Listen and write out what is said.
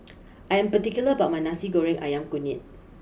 I am particular about my Nasi Goreng Ayam Kunyit